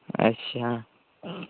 अच्छा